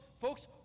folks